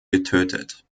getötet